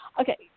okay